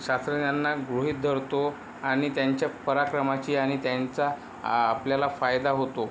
शास्त्रज्ञांना गृहीत धरतो आणि त्यांच्या पराक्रमाची आणि त्यांचा आ आपल्याला फायदा होतो